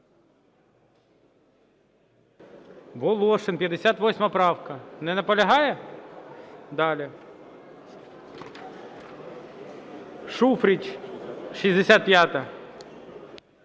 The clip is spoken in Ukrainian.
Волошин 58 правка. Не наполягає? Далі Шуфрич, 65-а.